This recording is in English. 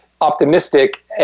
optimistic